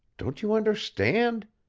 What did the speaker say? don't you understand?